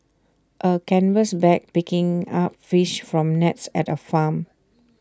A canvas bag picking up fish from nets at A farm